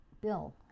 Bill